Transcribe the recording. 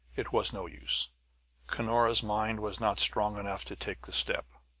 it was no use cunora's mind was not strong enough to take the step.